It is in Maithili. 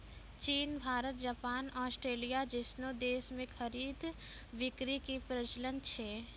चीन भारत जापान आस्ट्रेलिया जैसनो देश मे खरीद बिक्री के प्रचलन छै